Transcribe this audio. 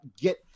get